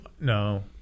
no